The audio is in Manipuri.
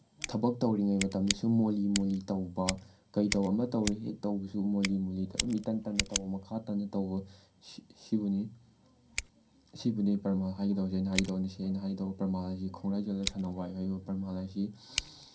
ꯊꯕꯛ ꯇꯧꯔꯤꯉꯩ ꯃꯇꯝꯗꯁꯨ ꯃꯣꯂꯤ ꯃꯣꯂꯤ ꯇꯧꯕ ꯀꯩꯗꯧꯕ ꯑꯃ ꯇꯧꯔꯦ ꯍꯦꯛ ꯇꯧꯕꯁꯨ ꯃꯣꯂꯤ ꯃꯣꯂꯤ ꯑꯗꯨꯝ ꯏꯇꯟ ꯇꯟꯅ ꯇꯧꯕ ꯃꯈꯥ ꯇꯥꯅ ꯇꯧꯕ ꯁꯤꯕꯨꯅꯤ ꯑꯁꯤꯕꯨꯅꯤ ꯄꯔꯃꯥꯟ ꯍꯥꯏꯒꯗꯧꯕꯁꯦ ꯑꯩꯅ ꯍꯥꯏꯒꯗꯧꯕ ꯉꯁꯤ ꯑꯩꯅ ꯍꯥꯏꯒꯗꯧꯕ ꯄꯔꯃꯥꯟ ꯑꯁꯤ ꯈꯣꯡꯒ꯭ꯔꯥꯏ ꯆꯜꯂꯒ ꯁꯟꯅ ꯋꯥꯏ ꯍꯥꯏꯔꯤꯕ ꯄꯔꯃꯥꯟ ꯑꯁꯤ